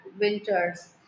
winters